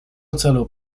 celu